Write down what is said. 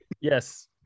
Yes